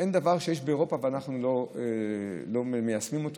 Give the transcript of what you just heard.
אין דבר שיש באירופה ואנחנו לא מיישמים אותו